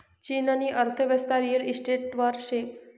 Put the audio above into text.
चीननी अर्थयेवस्था रिअल इशटेटवर शे